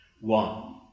One